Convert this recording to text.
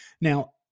Now